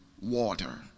water